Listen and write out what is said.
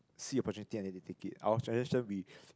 see opportunity and then they take it our generation we